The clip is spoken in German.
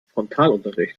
frontalunterricht